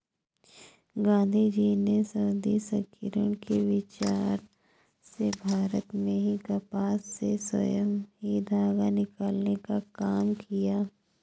गाँधीजी ने स्वदेशीकरण के विचार से भारत में ही कपास से स्वयं ही धागा निकालने का काम किया